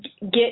get